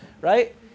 right